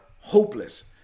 hopeless